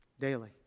Daily